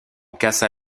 cassa